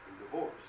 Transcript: divorce